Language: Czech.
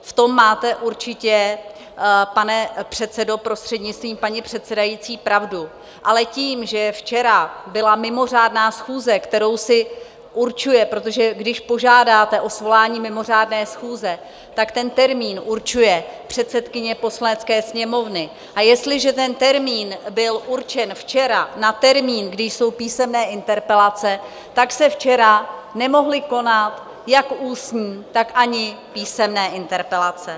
V tom máte určitě, pane předsedo, prostřednictvím paní předsedajícího, pravdu, ale tím, že včera byla mimořádná schůze, kterou si určuje protože když požádáte o svolání mimořádné schůze, tak ten termín určuje předsedkyně Poslanecké sněmovny, a jestliže ten termín byl určen včera na termín, kdy jsou písemné interpelace, tak se včera nemohly konat jak ústní, tak ani písemné interpelace.